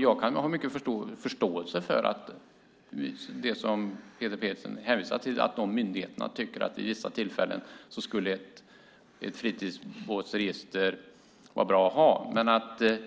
Jag kan ha förståelse för det som Peter Pedersen hänvisar till, att myndigheterna tycker att ett fritidsbåtsregister vore bra att ha vid vissa tillfällen, men